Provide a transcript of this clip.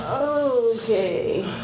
Okay